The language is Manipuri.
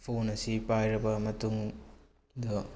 ꯐꯣꯟ ꯑꯁꯤ ꯄꯥꯏꯔꯕ ꯃꯇꯨꯡꯗ